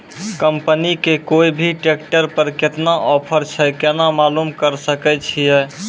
Company के कोय भी ट्रेक्टर पर केतना ऑफर छै केना मालूम करऽ सके छियै?